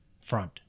front